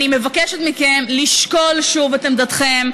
אני מבקשת לשקול שוב את עמדתכם,